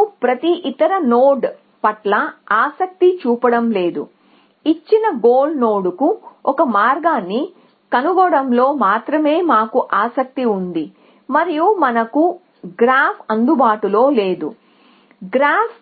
మేము ప్రతి ఇతర నోడ్ పట్ల ఆసక్తి చూపడం లేదు ఇచ్చిన గోల్ నోడ్కు ఒక మార్గాన్ని కనుగొనడంలో మాత్రమే మాకు ఆసక్తి ఉంది మరియు మనకు గ్రాఫ్ అందుబాటులో లేదు గ్రాఫ్